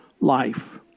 life